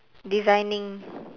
designing